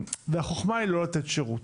והחכמה היא לא לתת שירות.